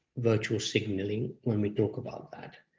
virtual signaling when we talk about that.